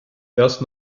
erst